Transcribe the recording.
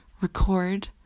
record